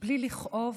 בלי לכאוב